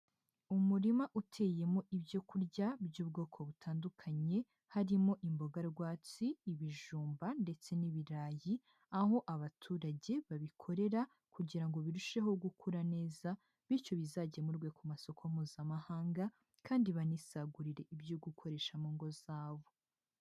Umurima uteyemo ibyo kurya by'ubwoko butandukanye, harimo imboga rwatsi, ibijumba ndetse n'ibirayi, aho abaturage babikorera kugira ngo birusheho gukura neza, bityo bizagemurwe ku masoko Mpuzamahanga, kandi banisagurire ibyo gukoresha mu ngo zabo.